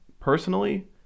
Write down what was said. personally